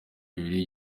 bibiri